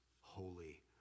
holy